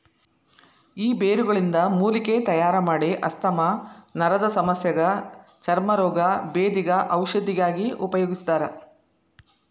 ಈ ಬೇರುಗಳಿಂದ ಮೂಲಿಕೆ ತಯಾರಮಾಡಿ ಆಸ್ತಮಾ ನರದಸಮಸ್ಯಗ ಚರ್ಮ ರೋಗ, ಬೇಧಿಗ ಔಷಧಿಯಾಗಿ ಉಪಯೋಗಿಸ್ತಾರ